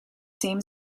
same